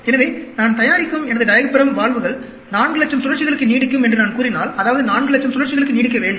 எனவே நான் தயாரிக்கும் எனது டயாபிராம் வால்வுகள் 400000 சுழற்சிகளுக்கு நீடிக்கும் என்று நான் கூறினால் அதாவது 400000 சுழற்சிகளுக்கு நீடிக்க வேண்டும்